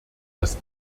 dass